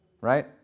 right